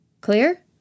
Clear